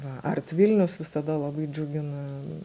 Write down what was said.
art vilnius visada labai džiugina